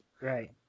Right